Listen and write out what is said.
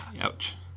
Ouch